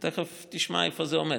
תכף תשמע איפה זה עומד.